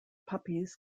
puppies